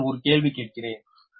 இங்கு நான் ஒரு கேள்வி கேட்கிறேன்